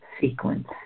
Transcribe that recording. sequence